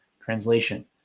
translation